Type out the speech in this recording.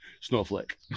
snowflake